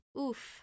oof